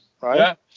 right